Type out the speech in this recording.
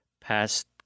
past